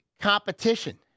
competition